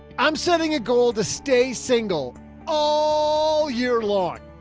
i'm setting a goal to stay single all year long.